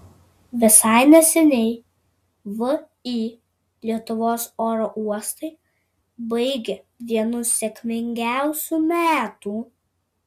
visai neseniai vį lietuvos oro uostai baigė vienus sėkmingiausių metų